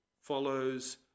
follows